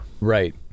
Right